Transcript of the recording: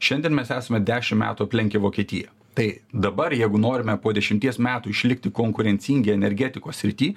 šiandien mes esame dešim metų aplenkę vokietiją tai dabar jeigu norime po dešimties metų išlikti konkurencingi energetikos srity